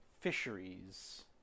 fisheries